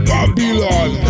Babylon